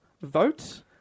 vote